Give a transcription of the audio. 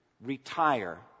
retire